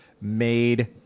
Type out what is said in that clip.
made